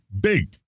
big